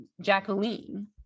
Jacqueline